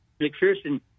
McPherson